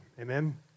Amen